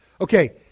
Okay